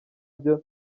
byo